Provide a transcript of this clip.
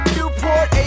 Newport